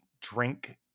drink